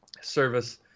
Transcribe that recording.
service